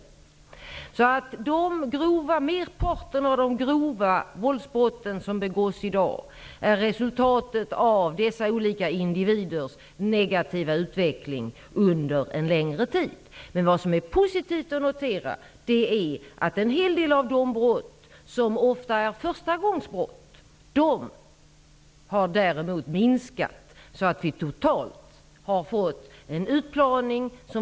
Merparten av de grova våldsbrott som begås i dag är alltså resultatet av dessa olika individers negativa utveckling under en längre tid. Vad som är positivt att notera är att antalet brott som ofta är förstagångsbrott däremot har minskat. Det har alltså totalt sett skett en utplaning.